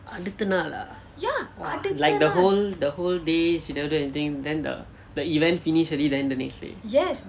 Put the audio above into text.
அடுத்த நாள்:adutha naal ah !wah! like the whole the whole day she never do anything then the the event finish already then the next day